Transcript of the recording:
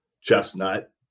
chestnut